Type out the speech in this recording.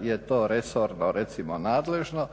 je to resorno recimo nadležno